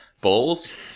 balls